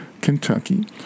Kentucky